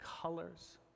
colors